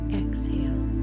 exhale